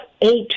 eight